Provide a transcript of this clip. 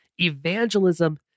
Evangelism